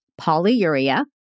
polyuria